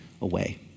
away